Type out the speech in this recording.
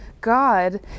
God